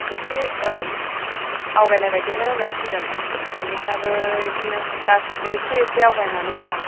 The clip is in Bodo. एसे औ आवगायनाय बायदियानो होनजासिगोन इंलिसआबो बिदिनो गासिबो एसे एसे आवगायनानै दङ